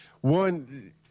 One